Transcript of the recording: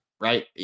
right